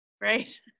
Right